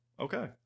Okay